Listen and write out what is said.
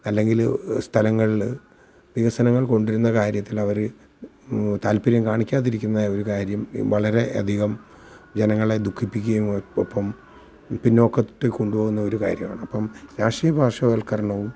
അല്ലെങ്കിൽ സ്ഥലങ്ങളിൽ വികസനങ്ങൾ കൊണ്ടുവരുന്ന കാര്യത്തിലവർ താൽപ്പര്യം കാണിക്കാതിരിക്കുന്നതായ ഒരു കാര്യം വളരെയധികം ജനങ്ങളെ ദുഃഖിപ്പിക്കുകയും ഒപ്പം പിന്നോക്കത്തിൽ കൊണ്ടുപോകുന്ന ഒരു കാര്യമാണ് അപ്പം രാഷ്ട്രീയ പാർശ്വവൽക്കരണവും